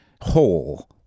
whole